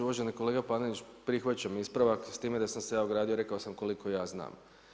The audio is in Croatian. Uvaženi kolega Panenić, prihvaćam ispravak s time da sam se ja ogradio, rekao sam koliko ja znam.